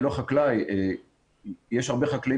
אני לא חקלאי אבל יש הרבה חקלאים